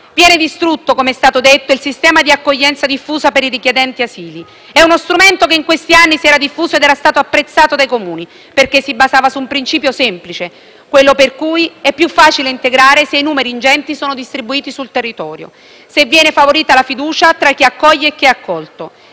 Viene distrutto, come è stato detto, il sistema di accoglienza diffusa per i richiedenti asilo. È uno strumento che in questi anni si era diffuso ed era stato apprezzato dai Comuni perché si basava su un principio semplice, quello per cui è più facile integrare se i numeri ingenti sono distribuiti sul territorio, se viene favorita la fiducia tra chi accoglie e chi è accolto,